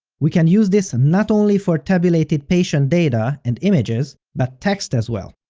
we can use this not only for tabulated patient data and images, but text as well.